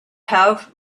have